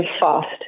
fast